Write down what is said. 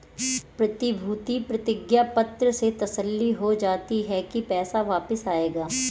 प्रतिभूति प्रतिज्ञा पत्र से तसल्ली हो जाती है की पैसा वापस आएगा